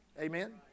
Amen